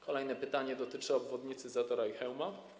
Kolejne pytanie dotyczy obwodnicy Zatora i Chełma.